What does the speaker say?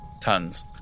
Tons